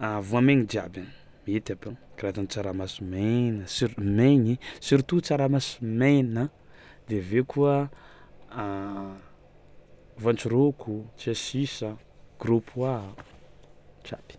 a voamaigny jiaby mety aby io, karaha toy ny tsaramaso maina sur- maigny ai surtout tsaramaso maina de avy eo koa voantsorôko, tsiasisa, gros pois, jiaby.